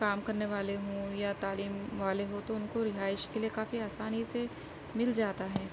کام کرنے والے ہوں یا تعلیم والے ہوں تو ان کو رہائش کے لیے کافی آسانی سے مل جاتا ہے